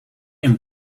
een